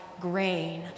grain